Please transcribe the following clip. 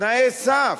תנאי סף.